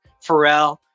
Pharrell